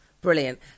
brilliant